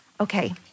okay